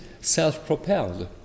self-propelled